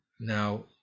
now